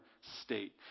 state